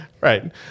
Right